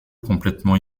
complètement